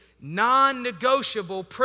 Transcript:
non-negotiable